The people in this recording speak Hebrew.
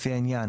לפי העניין,